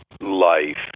Life